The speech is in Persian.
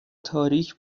تاریک